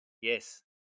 Yes